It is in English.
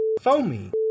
Foamy